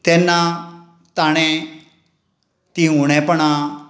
तेन्ना ताणें तीं उणेपणां